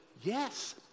Yes